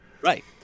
Right